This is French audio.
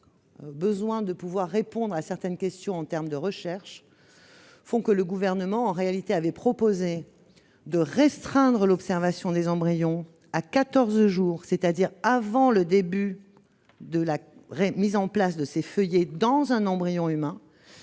besoin de répondre à certaines questions en termes de recherche, le Gouvernement avait, quant à lui, proposé de restreindre l'observation des embryons à quatorze jours, c'est-à-dire avant le début de la mise en place de ces feuillets dans un embryon humain.